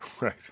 Right